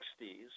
60s